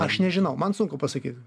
aš nežinau man sunku pasakyt